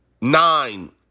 nine